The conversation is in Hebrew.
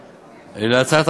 (תיקון,